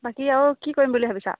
বাকী আৰু কি কৰিম বুলি ভাবিছা